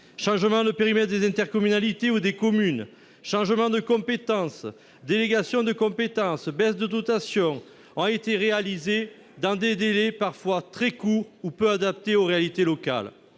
changements de périmètres des intercommunalités ou des communes, changements de compétences, délégations de compétences, baisses de dotations ont été réalisés dans des délais parfois très courts ou peu adaptés aux réalités locales.